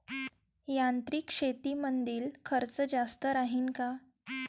यांत्रिक शेतीमंदील खर्च जास्त राहीन का?